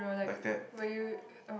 like that